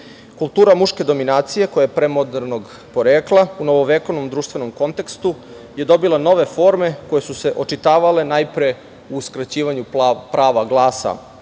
Kultura muške dominacije, koja je pre modernog porekla, u novovekovnom društvenom kontekstu je dobila nove forme koje su se očitavale najpre u uskraćivanju prava glasa